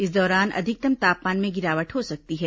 इस दौरान अधिकतम तापमान में गिरावट हो सकती है